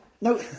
No